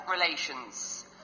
relations